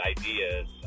ideas